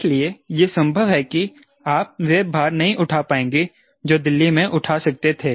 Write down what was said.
इसलिए यह संभव है कि आप वह भार नहीं उठा पाएंगे जो दिल्ली में उठा सकते थे